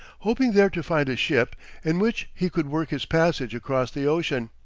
hoping there to find a ship in which he could work his passage across the ocean,